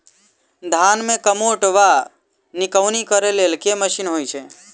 धान मे कमोट वा निकौनी करै लेल केँ मशीन होइ छै?